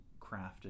crafted